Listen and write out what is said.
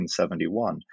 1971